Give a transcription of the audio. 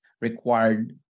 required